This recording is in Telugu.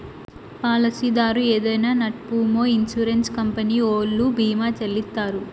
పాలసీదారు ఏదైనా నట్పూమొ ఇన్సూరెన్స్ కంపెనీ ఓల్లు భీమా చెల్లిత్తారు